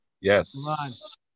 Yes